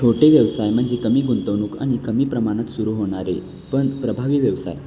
छोटे व्यवसाय म्हणजे कमी गुंतवणूक आणि कमी प्रमाणात सुरू होणारे पण प्रभावी व्यवसाय